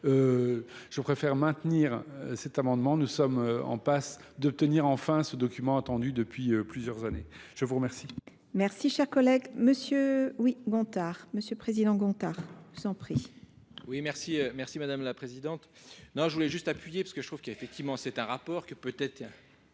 je préfère maintenir cet amendement. Nous sommes en passe d'obtenir enfin ce document attendu depuis plusieurs années. Merci, vous cher